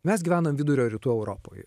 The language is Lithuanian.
mes gyvenam vidurio rytų europoj